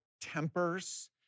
tempers